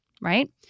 right